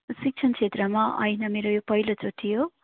शिक्षण क्षेत्रमा होइन मेरो यो पहिलोचोटि हो